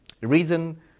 reason